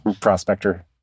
prospector